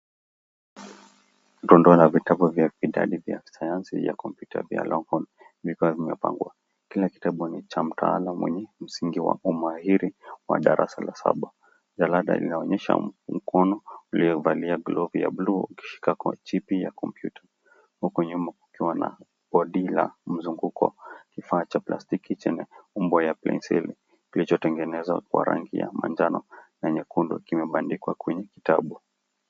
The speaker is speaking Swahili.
Tundora vitabu vya idadi vya sayansi ya kompyuta vya Longhorn vimepangwa. Kila kitabu ni cha mtaalamu mwenye msingi wa umahiri wa darasa la saba. Jalada linaonyesha mkono uliovalia glovu ya blue ukishika chipi ya kompyuta. Huku nyuma kukiwa na bodi la mzunguko. Kifaa cha plastiki chenye umbo ya penseli kilichotengenezwa kwa rangi ya manjano na nyekundu kimebandikwa kwenye kitabu.